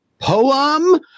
Poem